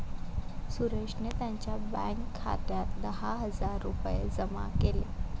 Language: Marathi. सुरेशने त्यांच्या बँक खात्यात दहा हजार रुपये जमा केले